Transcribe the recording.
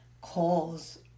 calls